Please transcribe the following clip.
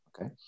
Okay